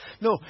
No